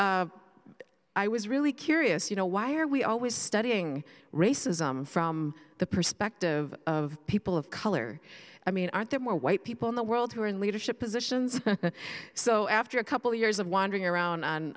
because i was really curious you know why are we always studying racism from the perspective of people of color i mean aren't there more white people in the world who are in leadership positions so after a couple years of wandering around on